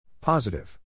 Positive